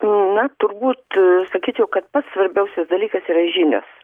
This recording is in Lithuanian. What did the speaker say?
na turbūt sakyčiau kad pats svarbiausias dalykas yra žinios